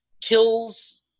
kills